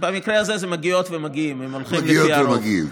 במקרה הזה זה מגיעות ומגיעים, אם הולכים לפי הרוב.